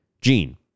gene